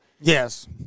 Yes